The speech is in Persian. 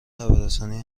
خبررسانی